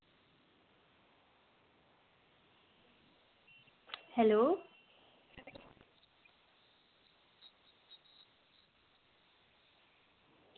hello